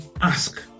ask